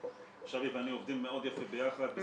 שבי ואני עובדים מאוד יפה ביחד.